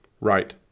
Right